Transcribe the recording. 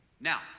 Now